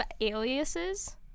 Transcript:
aliases